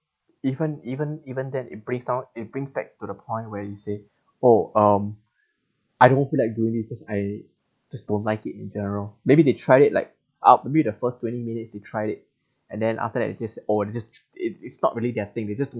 even even even then it breaks out it brings back to the point where you say oh um I don't feel like doing it cause I just don't like it in general maybe they tried it like out maybe the first twenty minutes to try it and then after that it just oh it just it it's not really their thing they just